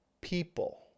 people